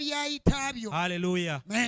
Hallelujah